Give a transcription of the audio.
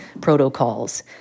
protocols